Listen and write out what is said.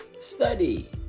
Study